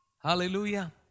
Hallelujah